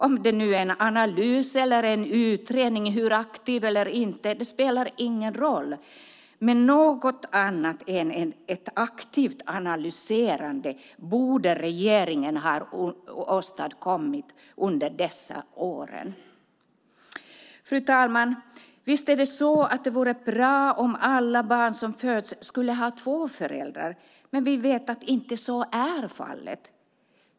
Om det sedan är en analys eller en utredning, aktiv eller inte, spelar ingen roll, men något annat än ett aktivt analyserande borde regeringen ha åstadkommit under dessa fyra år. Fru talman! Visst är det så att det vore bra om alla barn som föds skulle ha två föräldrar, men vi vet att så inte är fallet.